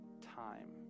time